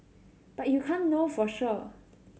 but you can't know for sure